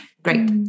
great